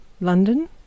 London